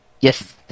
Yes